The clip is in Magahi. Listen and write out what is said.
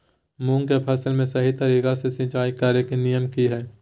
मूंग के फसल में सही तरीका से सिंचाई करें के नियम की हय?